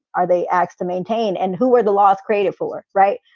are they acts to maintain and who are the laws created for? right.